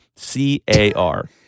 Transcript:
C-A-R